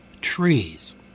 trees